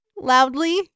loudly